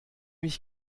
ich